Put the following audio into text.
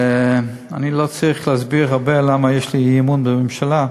אני לא צריך להסביר הרבה למה יש לי אי-אמון בממשלה,